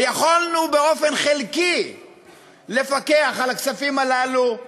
ויכולנו באופן חלקי לפקח על הכספים הללו,